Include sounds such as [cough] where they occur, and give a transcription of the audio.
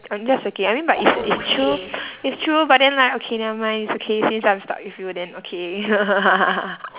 I'm just joking I mean but it's it's true [breath] it's true but then like okay never mind it's okay since I'm stuck with you then okay [laughs]